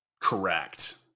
Correct